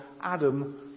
Adam